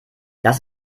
das